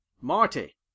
Marty